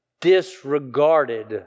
disregarded